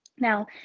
Now